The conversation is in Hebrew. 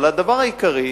אבל הדבר העיקרי,